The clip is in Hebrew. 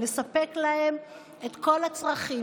לספק להם את כל הצרכים,